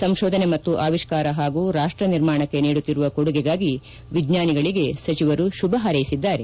ಸಂಶೋಧನೆ ಮತ್ತು ಆವಿಷ್ಕಾರ ಹಾಗೂ ರಾಷ್ಟ ನಿರ್ಮಾಣಕ್ಕೆ ನೀಡುತ್ತಿರುವ ಕೊಡುಗೆಗಾಗಿ ವಿಜ್ಞಾನಿಗಳಿಗೆ ಸಚಿವರು ಶುಭ ಹಾರ್ೈಸಿದ್ದಾರೆ